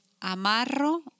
amarro